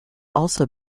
also